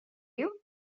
you